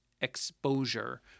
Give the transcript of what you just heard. exposure